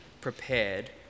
prepared